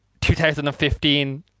2015